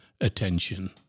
attention